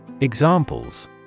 Examples